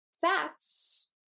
Fats